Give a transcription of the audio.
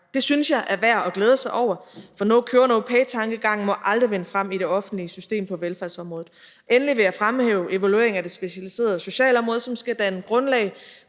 Det synes jeg er værd at glæde sig over, for no-cure-no-pay-tankegangen må aldrig vinde frem i det offentlige system på velfærdsområdet. Endelig vil jeg fremhæve evalueringen af det specialiserede socialområde, som skal danne grundlag